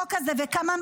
להסביר?